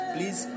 Please